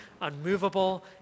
unmovable